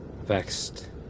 vexed